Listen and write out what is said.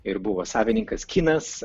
ir buvo savininkas kinas